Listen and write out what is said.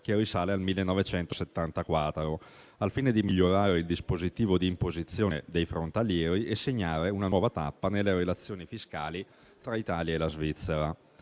che risale al 1974, al fine di migliorare il dispositivo di imposizione dei frontalieri e segnare una nuova tappa nelle relazioni fiscali tra l'Italia e la Svizzera.